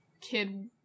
kid